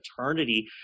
eternity